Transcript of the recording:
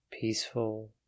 peaceful